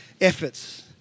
efforts